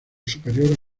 superior